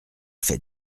fait